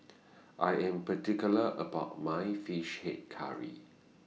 I Am particular about My Fish Head Curry